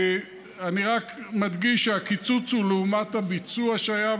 אני רק מדגיש שהקיצוץ הוא לעומת הביצוע שהיה,